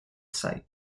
site